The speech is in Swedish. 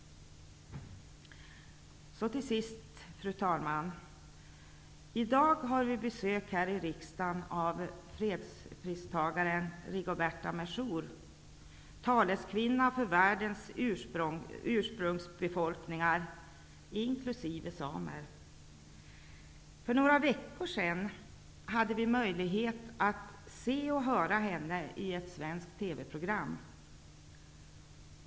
Fru talman! I dag har vi besök här i riksdagen av fredspristagaren Rigoberta Menchú. Hon är taleskvinna för världens ursprungsbefolkningar, inkl. samerna. För några veckor sedan hade vi möjlighet att se och höra henne i ett svenskt TV program.